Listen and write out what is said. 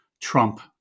trump